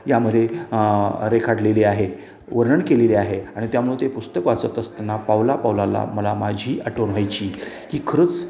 यामध्ये रेखाटलेली आहे वर्णन केलेली आहे आणि त्यामुळे ते पुस्तक वाचत असताना पाउला पाउलाला मला माझी आठवण व्हायची की खरंच